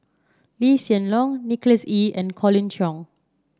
Lee Hsien Loong Nicholas Ee and Colin Cheong